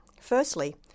Firstly